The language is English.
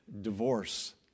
divorce